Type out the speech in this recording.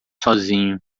sozinho